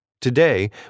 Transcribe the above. Today